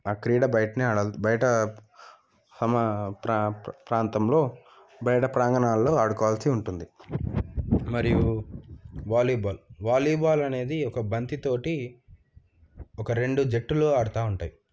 ఆ క్రీడ బయటనే ఆడే బయట హమ ప్రాం ప్రాంతంలో బయట ప్రాంగణాలలో ఆడుకోవాల్సి ఉంటుంది మరియు వాలీబాల్ వాలీబాల్ అనేది ఒక బంటితో ఒక రెండు జట్టులు ఆడుతూ ఉంటాయి